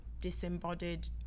disembodied